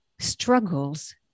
struggles